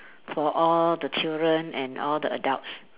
for all the children and all the adults